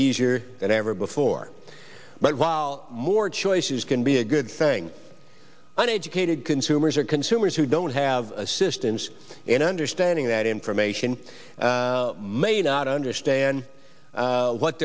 easier than ever before but while more choices can be a good thing an educated consumers are consumers who don't have assistance in understanding that information may not understand what